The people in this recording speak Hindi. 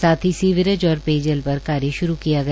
साथ ही सीवरेज और पेयजल पर कार्य श्रू किया गया